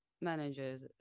managers